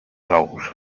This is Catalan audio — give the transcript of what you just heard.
ous